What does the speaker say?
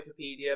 Wikipedia